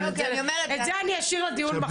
אבל את זה אני אשאיר לדיון מחר.